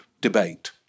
debate